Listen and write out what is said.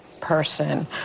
person